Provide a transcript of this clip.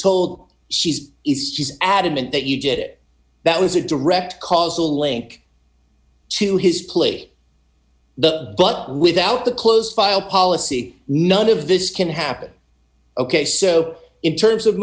told she's is she's adamant that you did it that was a direct causal link to his play the but without the closed file policy none of this can happen ok so in terms of